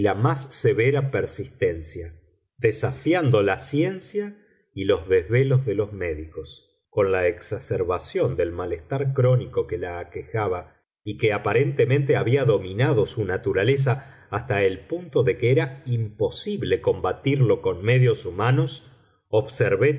más severa persistencia desafiando la ciencia y los desvelos de los médicos con la exacerbación del malestar crónico que la aquejaba y que aparentemente había dominado su naturaleza hasta el punto de que era imposible combatirlo con medios humanos observé